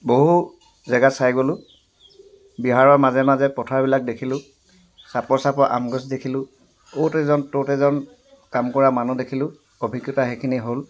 বহু জেগা চাই গ'লো বিহাৰৰ মাজে মাজে পথাৰবিলাক দেখিলো চাপৰ চাপৰ আমগছ দেখিলো অ'ত এজন ত'ত এজন কাম কৰা মানুহে দেখিলো অভিজ্ঞতা সেইখিনি হ'ল